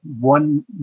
one